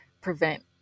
prevent